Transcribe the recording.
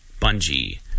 Bungie